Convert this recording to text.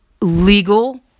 legal